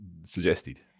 suggested